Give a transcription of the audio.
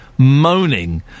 moaning